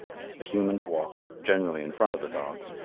the humans walked, generally in front of the dogs,